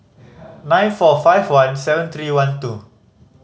nine four five one seven three one two